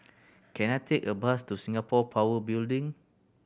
can I take a bus to Singapore Power Building